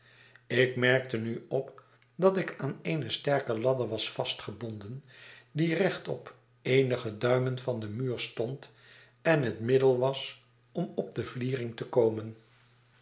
ik merkte nu op dat ik aan eene sterke ladder was vastgebonden die rechtop eenige duimen van den muur stond en het middel was om op de vlierinp te komen